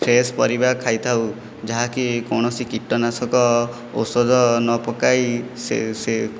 fresh ପରିବା ଖାଇଥାଉ ଯାହାକି କୌଣସି କୀଟନାଶକ ଔଷଧ ନପକାଇ ସେ ସେ